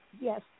Yes